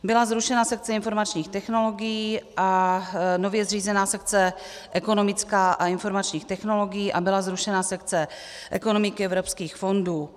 Byla zrušena sekce informačních technologií a nově zřízená sekce ekonomická a informačních technologií a byla zrušena sekce ekonomiky evropských fondů.